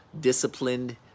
disciplined